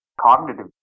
cognitive